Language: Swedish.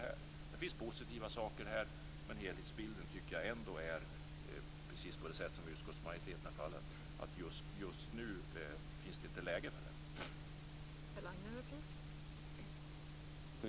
Det finns positiva saker här, men helhetsbilden är den som utskottsmajoriteten anser, nämligen att det just nu inte är läge för detta.